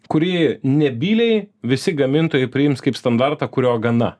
kurį nebyliai visi gamintojai priims kaip standartą kurio gana